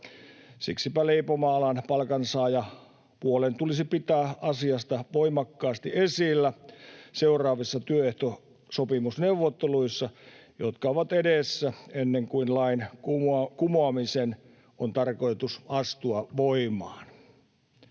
Siksipä leipomoalan palkansaajapuolen tulisi pitää asiaa voimakkaasti esillä seuraavissa työehtosopimusneuvotteluissa, jotka ovat edessä ennen kuin lain kumoamisen on tarkoitus astua voimaan.